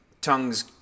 tongues